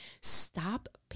Stop